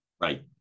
Right